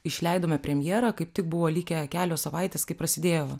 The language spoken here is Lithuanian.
išleidome premjerą kaip tik buvo likę kelios savaitės kai prasidėjo